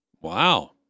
Wow